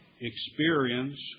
experience